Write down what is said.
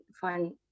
find